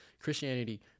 Christianity